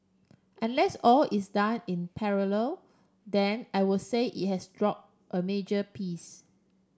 unless all is done in parallel then I will say it has drop a major piece